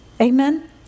Amen